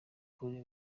kuri